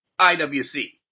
IWC